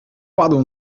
padł